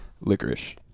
licorice